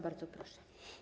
Bardzo proszę.